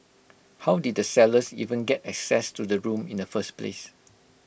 how did the sellers even get access to the room in the first place